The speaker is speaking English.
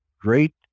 great